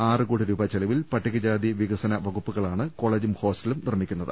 ആറ് കോടി രൂപ ചെല വിൽ പട്ടികജാതി വികസന വകുപ്പാണ് കോളജും ഹോസ്റ്റ്ലും നിർമ്മിക്കുന്നത്